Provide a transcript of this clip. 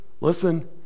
Listen